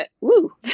Woo